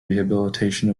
rehabilitation